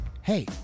hey